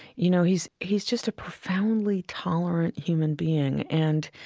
you know, he's he's just a profoundly tolerant human being. and,